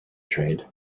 trade